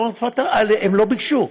הם לא ביקשו.